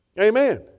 Amen